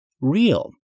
real